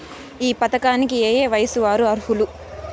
ఈ పథకానికి ఏయే వయస్సు వారు అర్హులు?